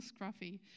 scruffy